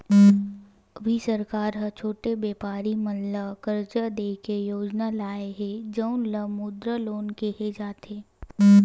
अभी सरकार ह छोटे बेपारी मन ल करजा दे के योजना लाए हे जउन ल मुद्रा लोन केहे जाथे